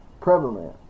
prevalent